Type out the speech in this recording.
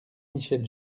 michel